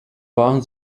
waren